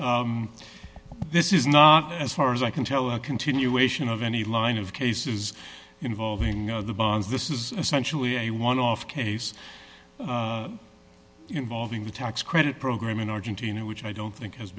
this is not as far as i can tell a continuation of any line of cases involving the bonds this is essentially a one off case involving the tax credit program in argentina which i don't think has